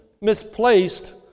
misplaced